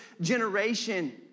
generation